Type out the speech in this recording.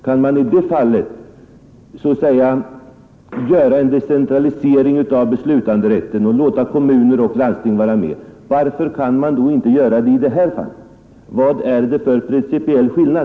Om man i det fallet kan decentralisera beslutanderätten och låta kommuner och landsting vara med, varför kan man då inte göra det i det här fallet? Vad är det för principiell skillnad?